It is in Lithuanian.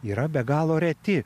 yra be galo reti